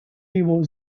его